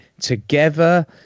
together